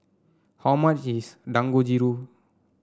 how much is Dangojiru